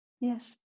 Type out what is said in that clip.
Yes